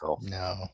no